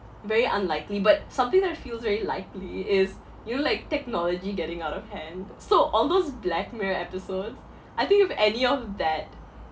very unlikely but something that feels very likely is you know like technology getting out of hand so all those black mirror episodes I think if any of that